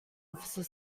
officer